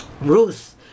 Ruth